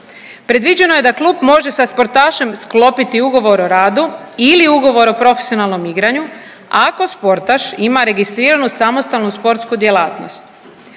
Predviđeno je da klub može sa sportašem sklopiti ugovor o radu ili ugovor o profesionalnom igranju ako sportaš ima registriranu samostalnu sportsku djelatnost.